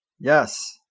Yes